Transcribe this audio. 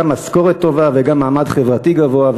גם משכורת טובה וגם מעמד חברתי גבוה.